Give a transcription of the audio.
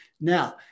now